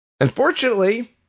Unfortunately